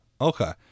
Okay